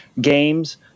games